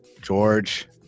George